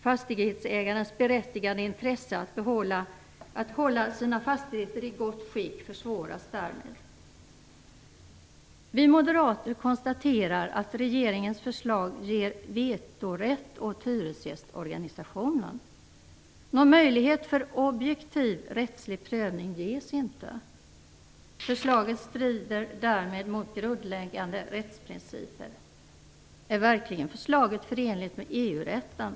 Fastighetsägarens berättigade intresse att hålla sina fastigheter i gott skick försvåras därmed. Vi moderater konstaterar att regeringens förslag ger vetorätt åt hyresgästorganisationen. Någon möjlighet till objektiv rättslig prövning ges inte. Förslaget strider därmed mot grundläggande rättsprinciper. Är förslaget verkligen förenligt med EU-rätten?